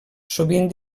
sovint